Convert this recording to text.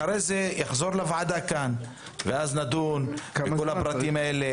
אחרי זה זה יחזור לוועדה ואז נדון בכל הפרטים האלה